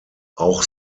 auch